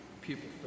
people